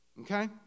Okay